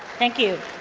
thank you.